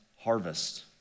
harvest